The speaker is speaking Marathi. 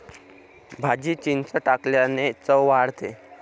भाजीत चिंच टाकल्याने चव वाढते